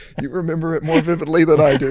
you remember it more vividly than i do.